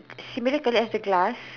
same miracle as the glass